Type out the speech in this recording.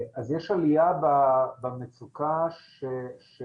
אז יש עלייה במצוקה שנובעת